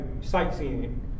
sightseeing